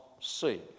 see